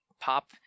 pop